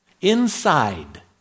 inside